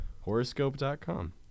Horoscope.com